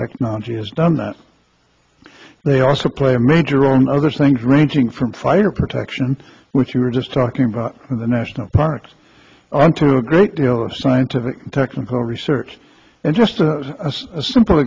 technology has done that they also play a major role in other things ranging from fire protection which you were just talking about the national parks on to a great deal of scientific technical research and just a simple